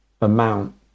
amount